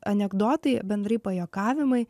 anekdotai bendrai pajuokavimai